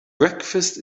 breakfast